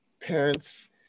parents